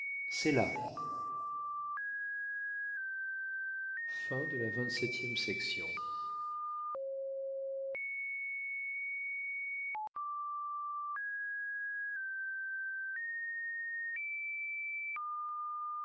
fond de la société